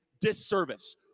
disservice